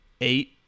eight